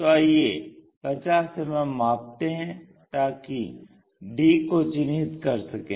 तो आइये 50 मिमी मापते हैं ताकि d को चिन्हित कर सकें